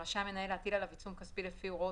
רשאי המנהל להטיל עליו עיצום כספי לפי הוראות